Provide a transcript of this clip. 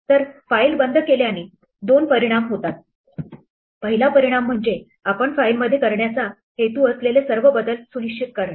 तर फाईल बंद केल्याने दोन परिणाम होतात पहिला परिणाम म्हणजे आपण फाइलमध्ये करण्याचा हेतू असलेले सर्व बदल सुनिश्चित करणे